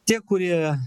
tie kurie